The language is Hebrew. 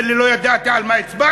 אומר לי: לא ידעתי על מה הצבעתי.